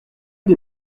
des